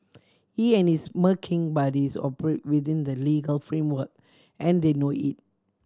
he and his smirking buddies operate within the legal framework and they know it